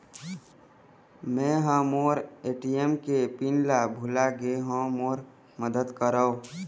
मै ह मोर ए.टी.एम के पिन ला भुला गे हों मोर मदद करौ